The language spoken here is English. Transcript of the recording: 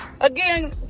Again